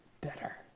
better